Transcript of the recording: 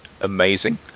amazing